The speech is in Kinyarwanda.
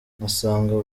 ngasanga